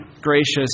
gracious